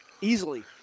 easily